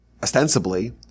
ostensibly